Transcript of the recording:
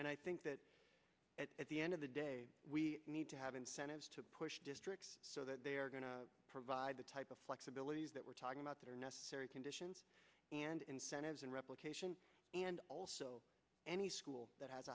and i think that at the end of the day we need to have incentives to push districts so that they are going to provide the type of flexibility that we're talking about that are necessary conditions and incentives and replication and also any school that has